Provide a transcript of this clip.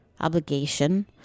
obligation